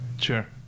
Sure